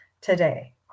today